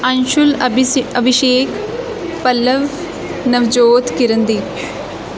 ਅੰਸ਼ੁਲ ਅਬੀਸੇ ਅਭਿਸ਼ੇਕ ਪੱਲਵ ਨਵਜੋਤ ਕਿਰਨਦੀਪ